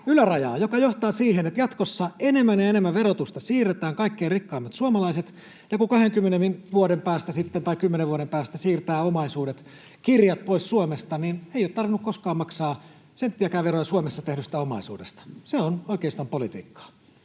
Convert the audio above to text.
ylärajaa, joka johtaa siihen, että jatkossa kaikkein rikkaimmat suomalaiset enemmän ja enemmän verotusta siirtävät, ja kun sitten 20 vuoden tai 10 vuoden päästä siirtää omaisuudet, kirjat, pois Suomesta, niin ei ole tarvinnut koskaan maksaa senttiäkään veroja Suomessa tehdystä omaisuudesta. Se on oikeiston politiikkaa.